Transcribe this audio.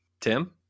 Tim